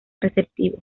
receptivo